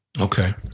Okay